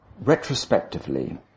retrospectively